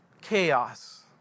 Chaos